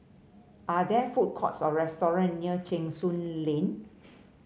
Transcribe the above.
are there food courts or restaurant near Cheng Soon Lane